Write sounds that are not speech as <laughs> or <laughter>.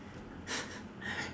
<laughs>